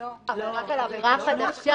--- רק על עבירה חדשה.